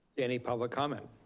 any public comment?